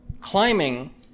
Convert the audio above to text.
climbing